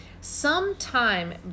sometime